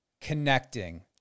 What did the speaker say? connecting